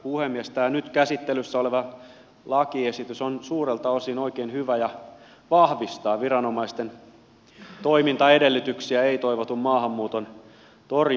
tämä nyt käsittelyssä oleva lakiesitys on suurelta osin oikein hyvä ja vahvistaa viranomaisten toimintaedellytyksiä ei toivotun maahanmuuton torjunnassa